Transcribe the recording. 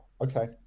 okay